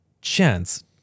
chance